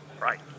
Right